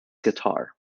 guitar